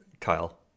Kyle